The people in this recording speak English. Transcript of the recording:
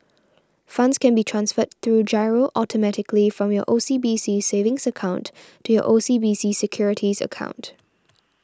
funds can be transferred through Giro automatically from your O C B C savings account to your O C B C securities account